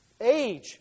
Age